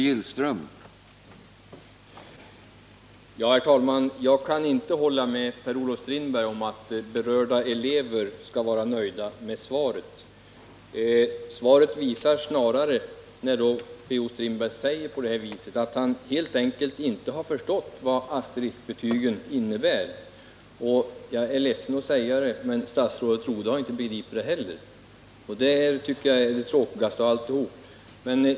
Herr talman! Jag kan inte hålla med Per-Olof Strindberg om att berörda elever skall vara nöjda med svaret. När P.-O. Strindberg säger på det här sättet visar det snarare att han helt enkelt inte har förstått vad asteriskbetygen innebär. Jag är ledsen att behöva säga det, men statsrådet Rodhe har inte begripit det heller, och det tycker jag är det tråkigaste av alltihop.